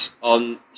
on